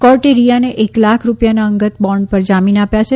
કોર્ટે રિયાને એક લાખ રૂપિયાના અંગત બોન્ડ પર જામીન આપ્યા છે